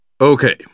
Okay